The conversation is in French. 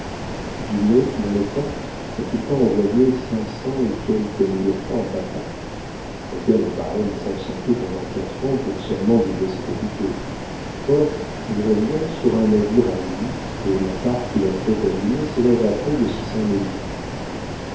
dans le temps n'a-t-il pas envoyé cinq cent et quelques mille francs à papa mon père n'est pas homme à s'absenter pendant quatre ans pour seulement doubler ses capitaux or il revient sur un navire à lui et la part qu'il a faite à dumay s'élève à près de six cent mille francs